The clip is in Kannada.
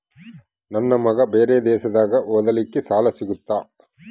ನನ್ನ ಮಗ ಬೇರೆ ದೇಶದಾಗ ಓದಲಿಕ್ಕೆ ಸಾಲ ಸಿಗುತ್ತಾ?